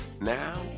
Now